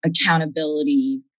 accountability